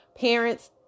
parents